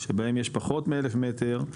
שבהם יש פחות מ- 1,000 מטר,